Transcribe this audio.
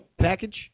package